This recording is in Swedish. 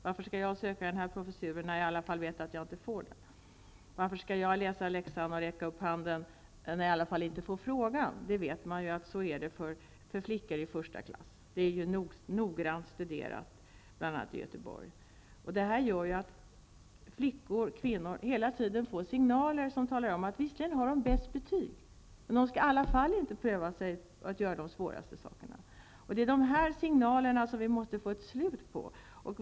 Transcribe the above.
Varför skall jag söka professuren när jag vet att jag inte får den? Varför skall jag läsa läxan och räcka upp handen när jag inte får frågan?'' Man vet att det är så för flickor i första klass -- det har noggrant studerats, bl.a. i Göteborg. Detta ger hela tiden kvinnor signaler som säger att de visserligen har bäst betyg men att de inte skall pröva att göra de svåraste sakerna. Vi måste få de signalerna att upphöra.